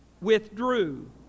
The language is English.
withdrew